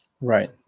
Right